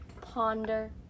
Ponder